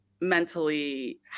mentally